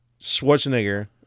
Schwarzenegger